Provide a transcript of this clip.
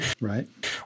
Right